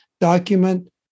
document